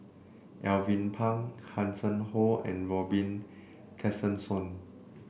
Alvin Pang Hanson Ho and Robin Tessensohn